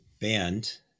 band